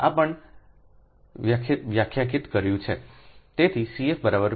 આ પણ પણે વ્યાખ્યાયિત કર્યું છે